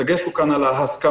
הדגש כאן הוא על ההסכמה,